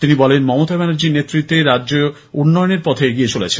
তিনি বলেন মমতা ব্যানার্জীর নেতৃত্বে রাজ্য উন্নয়নের পথে এগিয়ে চলেছে